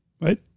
right